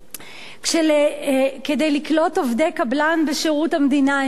כשכדי לקלוט עובדי קבלן בשירות המדינה אין כסף,